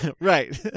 right